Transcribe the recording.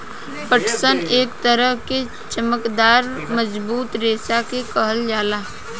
पटसन एक तरह के चमकदार मजबूत रेशा के कहल जाला